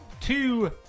Two